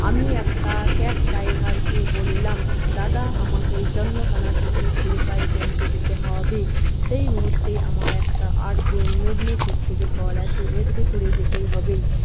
আমি একটা ক্যাব ড্রাইভারকে বলিলাম দাদা আমাকে চন্দকোণা থেকে ক্ষীরপায়ে পৌঁছে দিতে হবে সেই মুহূর্তে আমার একটা আর্জেন্ট মেদিনীপুর থেকে কল আসে মেদিনীপুরে যেতেই হবে